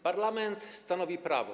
Parlament stanowi prawo.